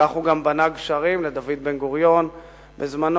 כך הוא גם בנה גשרים לדוד בן-גוריון בזמנו,